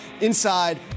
inside